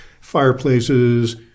fireplaces